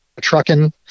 trucking